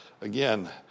again